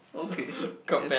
okay can